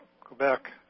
Quebec